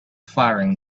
firing